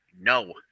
No